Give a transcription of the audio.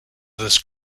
this